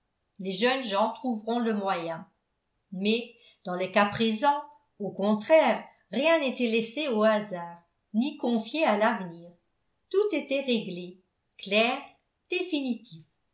les jeunes gens trouveront le moyen mais dans le cas présent au contraire rien n'était laissé au hasard ni confié à l'avenir tout était réglé clair définitif